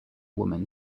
woman